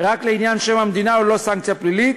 רק לעניין שם המדינה וללא סנקציה פלילית.